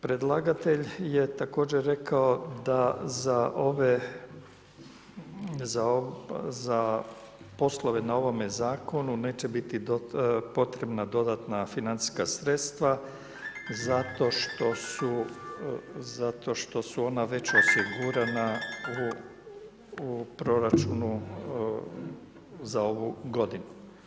Predlagatelj je također rekao da za poslove na ovome zakonu neće biti potrebna dodatna financijska sredstva zato što su ona već osigurana u proračunu za ovu godinu.